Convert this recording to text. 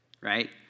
right